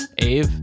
Ave